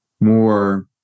more